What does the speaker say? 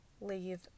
leave